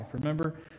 Remember